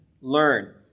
learn